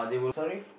sorry